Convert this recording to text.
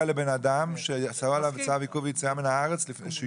לבן אדם שהוטל עליו צו עיכוב יציאה מן הארץ,